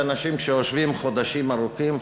אלה אנשים שיושבים חודשים ארוכים,